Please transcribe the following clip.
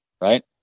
right